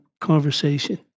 conversation